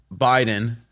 Biden